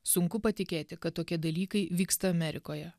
sunku patikėti kad tokie dalykai vyksta amerikoje